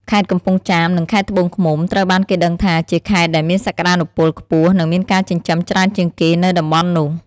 ខេត្តកំពង់ចាម និង ខេត្តត្បូងឃ្មុំ ត្រូវបានគេដឹងថា ជាខេត្តដែលមានសក្តានុពលខ្ពស់និងមានការចិញ្ចឹមច្រើនជាងគេនៅតំបន់នោះ។